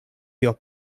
tio